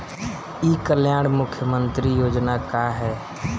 ई कल्याण मुख्य्मंत्री योजना का है?